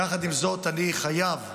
יחד עם זאת, אני חייב ליושב-ראש,